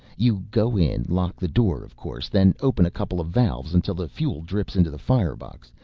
you go in, lock the door of course, then open a couple of valves until the fuel drips into the firebox,